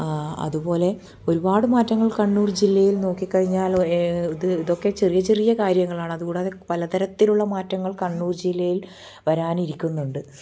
അതുപോലെ ഒരുപാട് മാറ്റങ്ങൾ കണ്ണൂർ ജില്ലയിൽ നോക്കിക്കഴിഞ്ഞാൽ ഇത് ഇതൊക്കെ ചെറിയ ചെറിയ കാര്യങ്ങളാണ് അതുകൂടാതെ പലതരത്തിലുള്ള മാറ്റങ്ങൾ കണ്ണൂർ ജില്ലയിൽ വരാനിരിക്കുന്നുണ്ട്